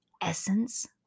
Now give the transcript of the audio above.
essence